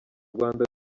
rwanda